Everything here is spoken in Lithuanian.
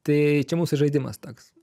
tai čia mūsų ir žaidimas toks